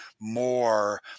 more